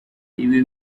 ibi